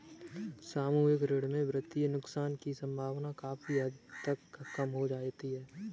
सामूहिक ऋण में वित्तीय नुकसान की सम्भावना काफी हद तक कम हो जाती है